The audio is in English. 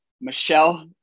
Michelle